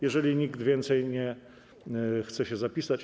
Jeżeli nikt więcej nie chce się zapisać.